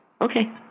Okay